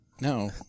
No